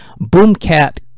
Boomcat